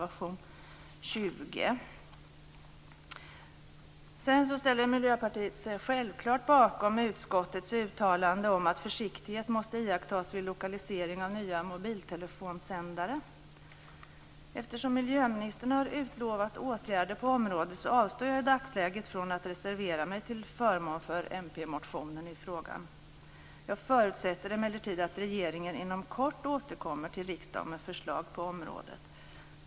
Miljöpartiet ställer sig självklart bakom utskottets uttalande om att försiktighet måste iakttas vid lokalisering av nya mobiltelefonsändare. Eftersom miljöministern har utlovat åtgärder på området avstår jag i dagsläget från att reservera mig till förmån för mpmotionen i frågan. Jag förutsätter emellertid att regeringen inom kort återkommer till riksdagen med förslag på området.